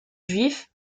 juifs